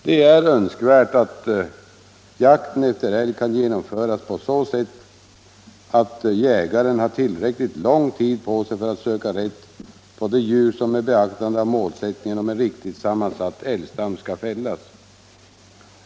Det är önskvärt att jakten efter älg kan genomföras på så sätt, att jägaren har tillräckligt lång tid på sig att söka rätt på de djur, som med beaktande av målsättningen om en riktigt sammansatt älgstam, skall fällas.